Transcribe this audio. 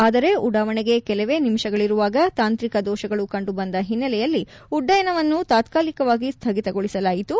ಆದರೆ ಉಡಾವಣೆಗೆ ಕೆಲವೇ ನಿಮಿಷಗಳಿರುವಾಗ ತಾಂತ್ರಿಕ ದೋಷಗಳು ಕಂಡು ಬಂದ ಹಿನ್ನೆಲೆಯಲ್ಲಿ ಉಡ್ಡಯನವನ್ನು ತಾತಾಲಿಕವಾಗಿ ಸ್ಲಗಿತಗೊಳಿಸಲಾಯಿತು